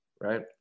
right